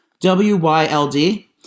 W-Y-L-D